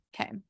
Okay